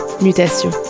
Mutation